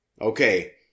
okay